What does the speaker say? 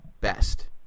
best